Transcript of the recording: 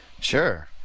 Sure